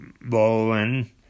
Bowen